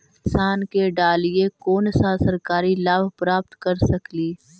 किसान के डालीय कोन सा सरकरी लाभ प्राप्त कर सकली?